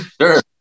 Sure